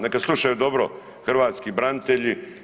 Neka slušaju dobro hrvatski branitelji.